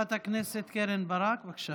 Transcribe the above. חברת הכנסת קרן ברק, בבקשה.